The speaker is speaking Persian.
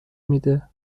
میده